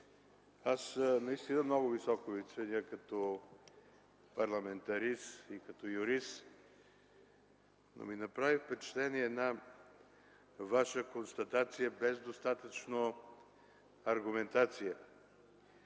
аз наистина много високо Ви ценя като парламентарист и като юрист, но ми направи впечатление една Ваша констатация без достатъчно аргументация.